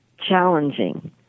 challenging